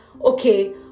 okay